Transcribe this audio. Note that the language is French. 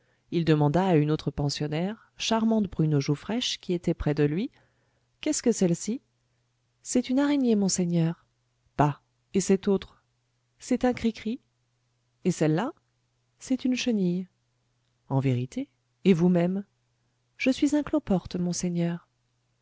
il demanda à une autre pensionnaire charmante brune aux joues fraîches qui était près de lui qu'est-ce que c'est que celle-ci c'est une araignée monseigneur bah et cette autre c'est un cricri et celle-là c'est une chenille en vérité et vous-même je suis un cloporte monseigneur